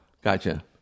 Gotcha